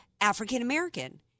African-American